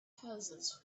houses